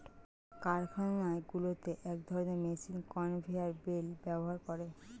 কারখানাগুলোতে এক ধরণের মেশিন কনভেয়র বেল্ট ব্যবহার করে